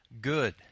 good